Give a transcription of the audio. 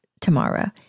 tomorrow